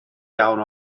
iawn